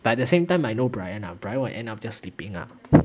but at the same time I know bryan ah bryan will end up just sleeping ah